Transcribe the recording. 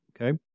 Okay